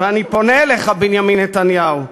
ואני פונה אליך, בנימין נתניהו: